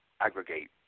aggregate